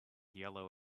yellow